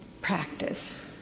practice